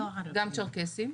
צ'רקסיים.